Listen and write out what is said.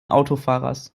autofahrers